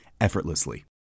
effortlessly